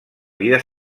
vida